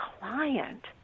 client